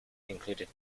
included